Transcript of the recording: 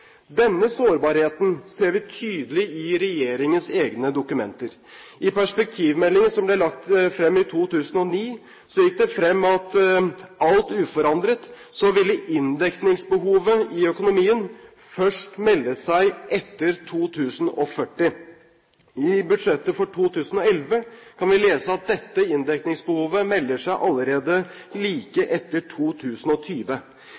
Denne sårbarheten ser vi tydelig i regjeringens egne dokumenter. I perspektivmeldingen som ble lagt frem i 2009, gikk det frem at alt uforandret vil inndekningsbehovet i økonomien først melde seg etter 2040. I budsjettet for 2011 kan vi lese at dette inndekningsbehovet melder seg allerede